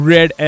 Red